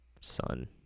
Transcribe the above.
son